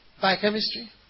Biochemistry